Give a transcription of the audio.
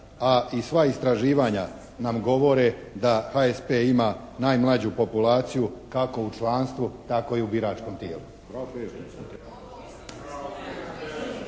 A i sva istraživanja nam govore da HSP ima najmlađu populaciju, kako u članstvu tako i u biračkom tijelu.